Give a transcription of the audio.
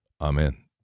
Amen